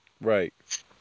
Right